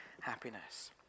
happiness